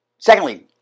Secondly